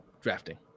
drafting